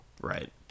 Right